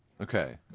Okay